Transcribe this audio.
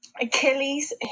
achilles